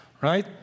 Right